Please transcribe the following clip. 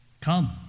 Come